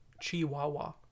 chihuahua